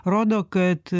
rodo kad